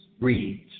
reads